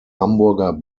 hamburger